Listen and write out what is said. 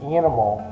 animal